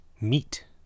Meat